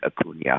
Acuna